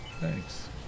thanks